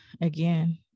again